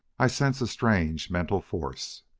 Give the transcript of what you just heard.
i sense a strange mental force!